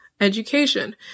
Education